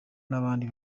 n’abandi